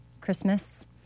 Christmas